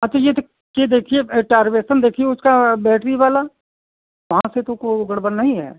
अच्छा यह देख यह देखिए टारवेसन देखिए उसका बैट्री वाला वहाँ से तो को गड़बड़ नहीं है